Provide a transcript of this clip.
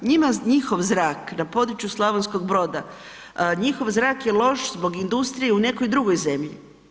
Njima njihov zrak na području Slavonskog Broda, njihov zrak je loš zbog industrije u nekoj drugoj zemlji.